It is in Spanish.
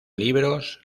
libros